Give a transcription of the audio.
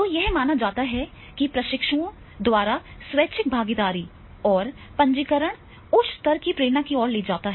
तो यह माना जाता है कि प्रशिक्षुओं द्वारा स्वैच्छिक भागीदारी और पंजीकरण उच्च स्तर की प्रेरणा की ओर ले जाता है